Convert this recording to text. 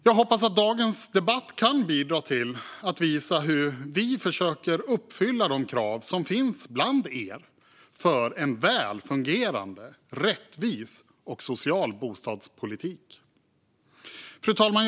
Jag hoppas att dagens debatt kan bidra till att visa hur vi försöker att uppfylla de krav som finns bland er för en väl fungerande, rättvis och social bostadspolitik. Fru talman!